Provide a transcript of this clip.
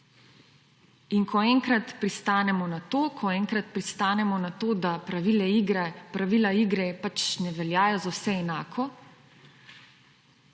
to, ko enkrat pristanemo na to, da pravila igre pač ne veljajo za vse enako,